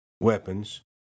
weapons